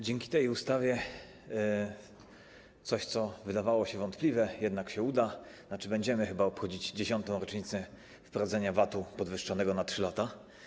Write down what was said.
Dzięki tej ustawie coś, co wydawało się wątpliwe, jednak się uda, tzn. będziemy chyba obchodzić 10. rocznicę wprowadzenia VAT-u podwyższonego na 3 lata.